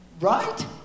right